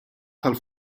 tal